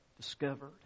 discovered